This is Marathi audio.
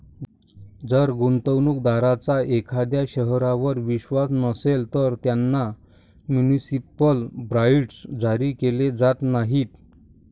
जर गुंतवणूक दारांचा एखाद्या शहरावर विश्वास नसेल, तर त्यांना म्युनिसिपल बॉण्ड्स जारी केले जात नाहीत